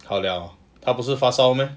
好了他不是发烧 meh